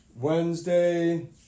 Wednesday